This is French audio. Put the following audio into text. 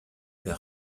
pas